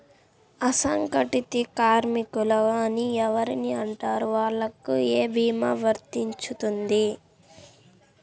అసంగటిత కార్మికులు అని ఎవరిని అంటారు? వాళ్లకు ఏ భీమా వర్తించుతుంది?